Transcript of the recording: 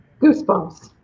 goosebumps